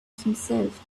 himself